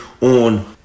on